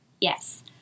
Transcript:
Yes